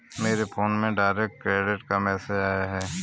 मेरे फोन में direct credit का मैसेज आया है